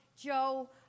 Joe